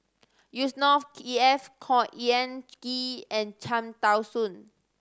Yusnor Ef Khor Ean Ghee and Cham Tao Soon